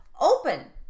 open